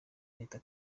leta